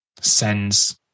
sends